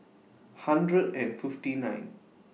hundred and fifty nine